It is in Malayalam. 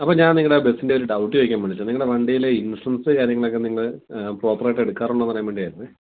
അപ്പം ഞാൻ നിങ്ങളുടെ ബസ്സിൻ്റെ ഒരു ഡൗട്ട് ചോദിക്കാൻ വിളിച്ച് നിങ്ങളുടെ വണ്ടിയിലെ ഇൻഷുറൻസ് കാര്യങ്ങളൊക്കെ നിങ്ങൾ പ്രോപ്പർ ആയിട്ട് എടുക്കാറുണ്ടോ എന്നറിയാൻ വേണ്ടിയായിരുന്നേ